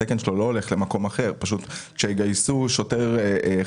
התקן שלו לא הולך למקום אחר אלא כאשר יגייסו שוטר חדש,